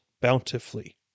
bountifully